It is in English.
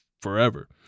forever